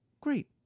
Great